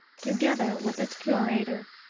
together with its curator.